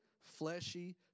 fleshy